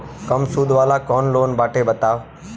कम सूद वाला कौन लोन बाटे बताव?